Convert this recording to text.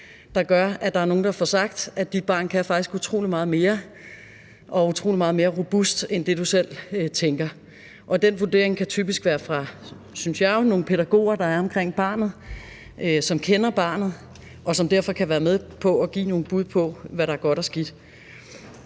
hvor der er nogen, der får sagt: Dit barn kan faktisk utrolig meget mere og er utrolig meget mere robust end det, du selv tænker. Den vurdering kan, synes jeg, typisk komme fra nogle pædagoger, der er omkring barnet, og som kender barnet, og som derfor kan være med til at give nogle bud på, hvad der er godt og skidt.